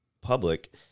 public